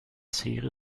serien